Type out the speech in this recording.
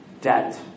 debt